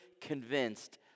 convinced